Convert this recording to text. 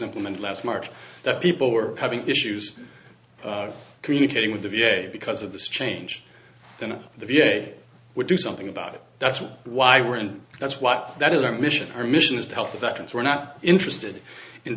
implemented last march that people were having issues communicating with the v a because of this change and the v a would do something about it that's why we're and that's why that is our mission our mission is to help veterans we're not interested in